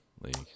league